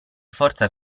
forza